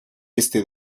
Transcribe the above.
este